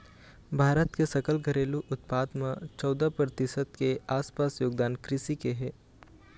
भारत के सकल घरेलू उत्पाद म चउदा परतिसत के आसपास योगदान कृषि के हे